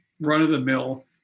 run-of-the-mill